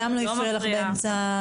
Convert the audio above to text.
היא גם לא הפריעה לך בעת שדיברת.